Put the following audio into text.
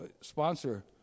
sponsor